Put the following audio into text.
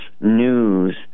news